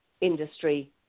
industry